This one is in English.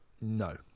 No